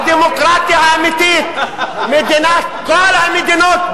הדמוקרטיה האמיתית, מדינת כל המדינות.